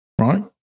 Right